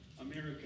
America